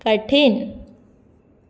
कठीण